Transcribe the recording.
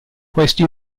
questi